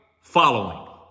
following